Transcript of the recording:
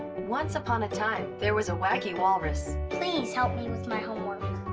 once upon a time, there was a wacky walrus. please help me with my homework.